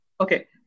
Okay